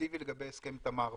אפקטיבי בעיקר לגבי הסכם תמר,